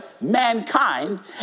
mankind